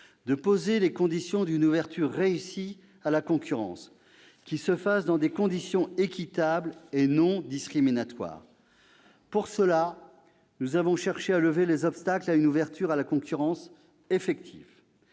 -de poser les conditions d'une ouverture réussie à la concurrence, qui devra se faire de manière équitable et non discriminatoire. Pour cela, nous avons cherché à lever les obstacles à une ouverture à la concurrence effective.